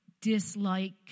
dislike